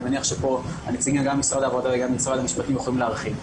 אני מניח שנציגי משרד העבודה וגם ממשרד המשפטים יכולים להרחיב.